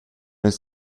ils